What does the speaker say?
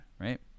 right